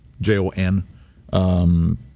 J-O-N